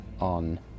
on